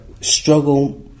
struggle